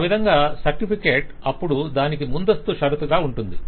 ఆ విధంగా సర్టిఫికేట్ అప్పుడు దానికి ముందస్తు షరతుగా ఉంటుంది